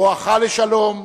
בואך לשלום,